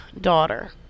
daughter